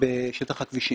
בשטח הכבישים.